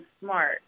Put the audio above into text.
smart